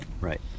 right